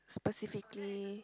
specifically